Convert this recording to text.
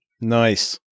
Nice